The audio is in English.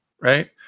right